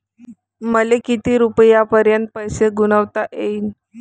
मले किती रुपयापर्यंत पैसा गुंतवता येईन?